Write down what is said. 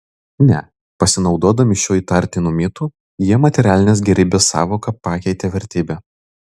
ne pasinaudodami šiuo įtartinu mitu jie materialinės gėrybės sąvoką pakeitė vertybe